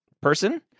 person